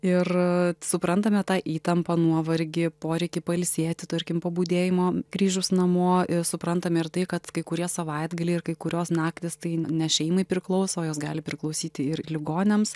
ir suprantame tą įtampą nuovargį poreikį pailsėti tarkim po budėjimo grįžus namo ir suprantam ir tai kad kai kurie savaitgaliai ir kai kurios naktys tai ne šeimai priklauso jos gali priklausyti ir ligoniams